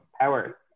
power